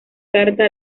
carta